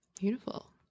Beautiful